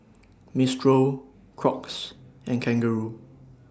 Mistral Crocs and Kangaroo